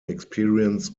experience